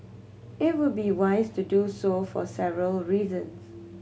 it would be wise to do so for several reasons